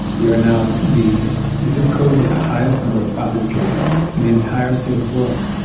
we are now the zip code with ah highest number of positive cases in the entire state of florida.